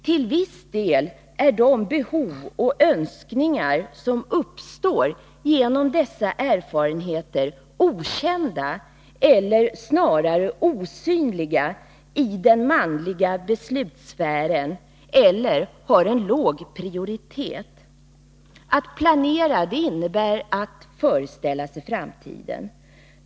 Till viss del är de behov och önskningar som uppstår genom dessa erfarenheter okända, eller snarare osynliga, i den manliga beslutssfären eller har en låg prioritet. Att planera innebär att föreställa sig framtiden.